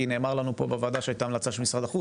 כי נאמר לנו פה בוועדה שהייתה המלצה של משרד החוץ.